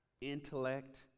intellect